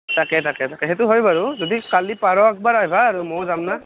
তাকে তাকে তাকে সেইটো হয় বাৰু যদি কালি পাৰ' একবাৰ আইভা আৰু মইয়ো যাম না